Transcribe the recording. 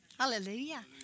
Hallelujah